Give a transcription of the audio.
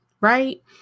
Right